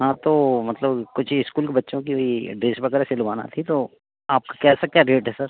हाँ तो मतलब कुछ ही स्कूल के बच्चों की ड्रेस वगैरह सिलवानी थी तो आपको कैसा क्या रेट है सर